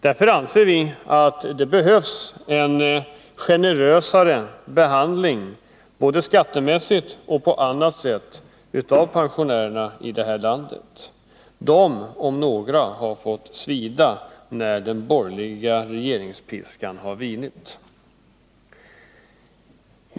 Därför anser vi att det behövs en generösare behandling, både skattemässigt och på annat sätt, av pensionärerna i det här landet. De om några har fått känna det svida i skinnet när den borgerliga regeringspiskan vinit.